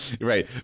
Right